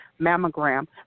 mammogram